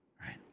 right